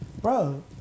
bro